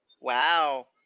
Wow